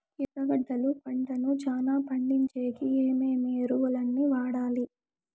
ఎర్రగడ్డలు పంటను చానా పండించేకి ఏమేమి ఎరువులని వాడాలి?